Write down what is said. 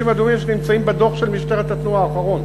יש שם כבישים אדומים שנמצאים בדוח של משטרת התנועה האחרון,